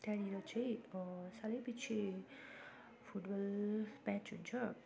त्यहाँनिर चाहिँ सालैपिछे फुटबल म्याच हुन्छ